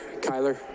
Kyler